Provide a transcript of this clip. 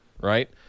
right